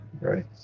Right